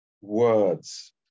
words